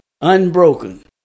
unbroken